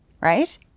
right